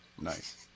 Nice